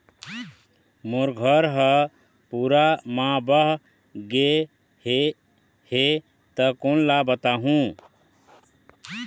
मोर घर हा पूरा मा बह बह गे हे हे ता कोन ला बताहुं?